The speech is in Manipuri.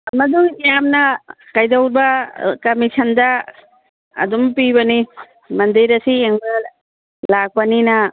ꯃꯗꯨ ꯌꯥꯝꯅ ꯀꯩꯗꯧꯕ ꯀꯃꯤꯁꯟꯗ ꯑꯗꯨꯝ ꯄꯤꯕꯅꯤ ꯃꯟꯗꯤꯔ ꯑꯁꯤ ꯌꯦꯡꯕ ꯂꯥꯛꯄꯅꯤꯅ